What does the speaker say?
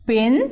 Pin